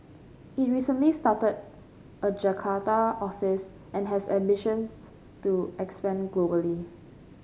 it recently started a Jakarta office and has ambitions to expand globally